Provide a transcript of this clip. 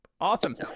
Awesome